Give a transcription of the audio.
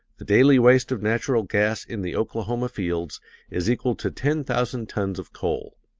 the daily waste of natural gas in the oklahoma fields is equal to ten thousand tons of coal.